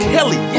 Kelly